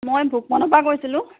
মই ভোকমনৰ পৰা কৈছিলোঁ